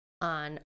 on